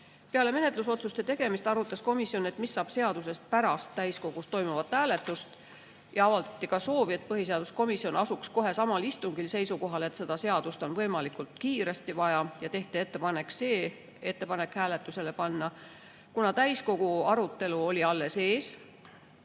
Peale menetlusotsuste tegemist arutas komisjon, mis saab seadusest pärast täiskogus toimuvat hääletust. Avaldati soovi, et põhiseaduskomisjon asuks kohe samal istungil seisukohale, et seda seadust on võimalikult kiiresti vaja, ja tehti ettepanek see ettepanek hääletusele panna. Kuna täiskogu arutelu oli alles ees